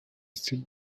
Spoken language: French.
style